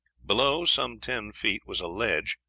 below, some ten feet, was a ledge,